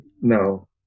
no